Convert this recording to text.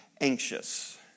anxious